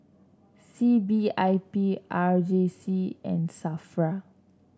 C B I B R J C and Safra